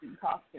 costume